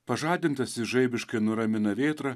pažadintas jis žaibiškai nuramina vėtrą